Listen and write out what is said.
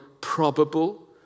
probable